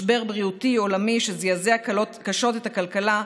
משבר בריאותי עולמי שזעזע קשות את הכלכלה,